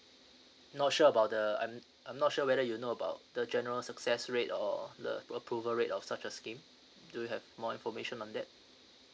not sure about the um I'm not sure whether you know about the general success rate or the approval rate of such a scheme do you have more information on that